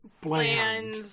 Bland